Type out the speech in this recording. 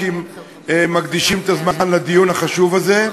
כנסת המקדישים את הזמן לדיון החשוב הזה,